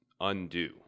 undo